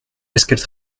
qu’elle